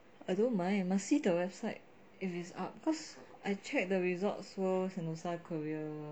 I don't mind you must see the website if it's up cause I checked the resorts world sentosa career